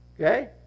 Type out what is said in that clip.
Okay